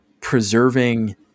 preserving